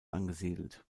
angesiedelt